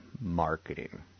marketing